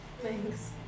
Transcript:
Thanks